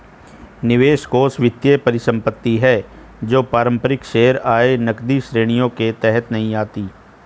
निवेश कोष वित्तीय परिसंपत्ति है जो पारंपरिक शेयर, आय, नकदी श्रेणियों के तहत नहीं आती